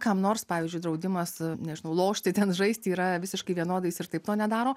kam nors pavyzdžiui draudimas nežinau lošti ten žaisti yra visiškai vienodais ir taip to nedaro